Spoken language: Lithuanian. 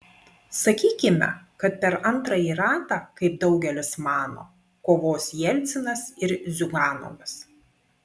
sakykime kad per antrąjį ratą kaip daugelis mano kovos jelcinas ir ziuganovas